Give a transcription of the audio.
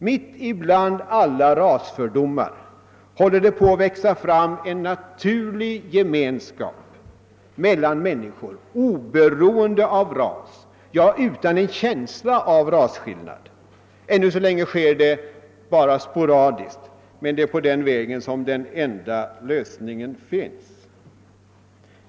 Mitt ibland alla rasfördomar håller det på att växa fram en naturlig gemenskap mellan människor oberoende av ras — ja, utan någon känsla av rasskillnad. Ännu så länge sker det sporadiskt, men det är på denna väg som den enda lösningen finns.